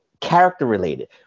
character-related